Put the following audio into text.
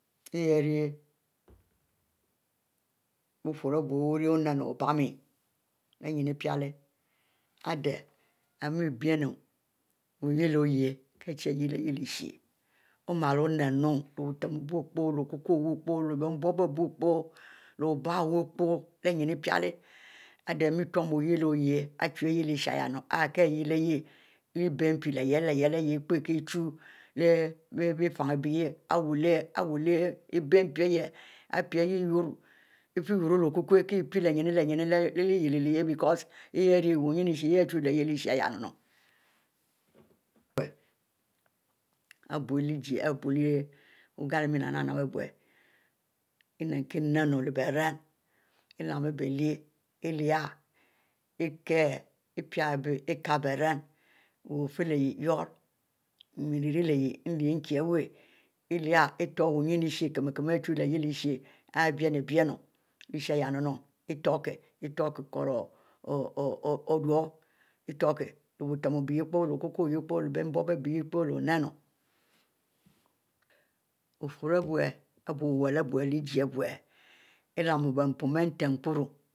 Bufurro abujie abuiel buiel wurie bufurro obme ari-bule wulyieh ade miel biennu wulyiele oyeh ki-chie hyiele-yah lysha om'a onnu lehbunte obuie poh, leh biuhobie pooh leh obieh wuie pooh leh ennu pileh adeh imiel utnu wulyielo yeh chie yeh ishiehnnu, ari ki lyielo-arieh leh-ibie mpi leh-yehieh yehieh arieh lpie kie chie bie fin-leh-lehieh, ari wu leh ibie mpi leh-lehieh, ifieh wuyurro leh okukuieh. kie lpie ynne leh ynne lyieh lyieh becuse, hieh ari wunue ishieh-ayahnnu abuljie, abie wughieh nap nap abieh ennu leh berem ilanno bie lyieh ihieh ikieh abie beren, lehfilyieh yu leh miel irie leh yuoo iyieh itue wuenne ishieh ari binubinu lyiehshieh iturkie iturkie o o oh iturkie lehbi tmu abieh bufurr abuieh abieleh ijie abie ilenu bie npon ntepieru